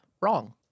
wrong